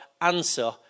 answer